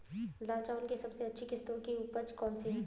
लाल चावल की सबसे अच्छी किश्त की उपज कौन सी है?